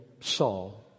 Saul